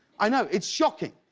i know, it's shocking.